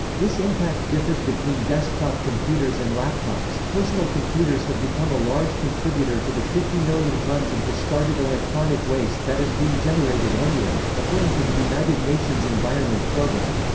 this impact differs between desktop computers and laptops personal computers have become a large contributor to the fifty million tons of discarded electronic waste that is being generated annually, according to the united nations environment programme.